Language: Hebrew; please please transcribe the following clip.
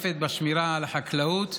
בשמירה על החקלאות.